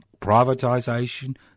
privatisation